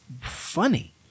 funny